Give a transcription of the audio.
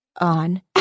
on